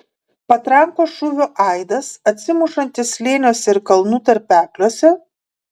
patrankos šūvio aidas atsimušantis slėniuose ir kalnų tarpekliuose